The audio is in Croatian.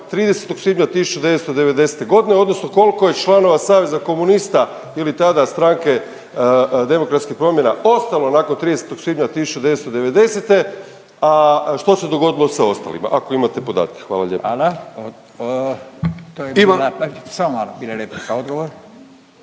30. svibnja 1990.g. odnosno kolko je članova saveza komunista ili tada Stranke demokratskih promjena ostalo nakon 30. svibnja 1990., a što se dogodilo sa ostalima, ako imate podatke? Hvala lijepo. **Radin, Furio (Nezavisni)** Hvala, to je bila…